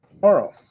tomorrow